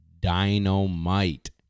dynamite